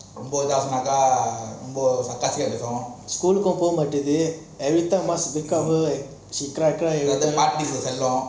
school கும் பூ மாட்டிக்கிது:kum poo maatingithu everytime wake up her she cry cry